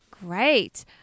Great